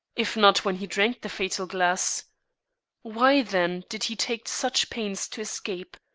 if not when he drank the fatal glass why, then, did he take such pains to escape,